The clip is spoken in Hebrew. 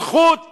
זכות